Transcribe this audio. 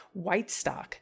Whitestock